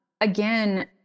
again